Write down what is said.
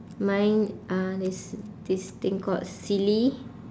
mine uh is this thing called silly